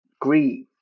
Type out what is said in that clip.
grieve